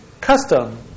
custom